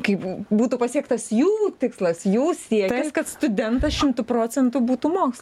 kaip būtų pasiektas jų tikslas jų siekis kad studentas šimtu procentų būtų moksle